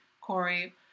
Corey